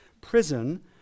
Prison